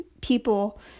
people